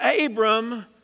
Abram